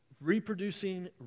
Reproducing